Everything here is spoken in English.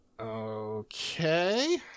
Okay